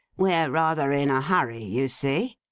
we're rather in a hurry, you see,